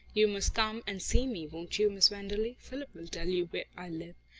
you must come and see me, won't you, miss wenderley? philip will tell you where i live.